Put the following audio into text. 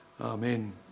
Amen